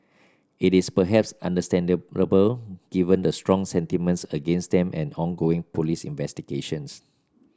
it is perhaps understandable given the strong sentiments against them and ongoing police investigations